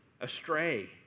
astray